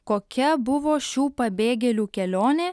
kokia buvo šių pabėgėlių kelionė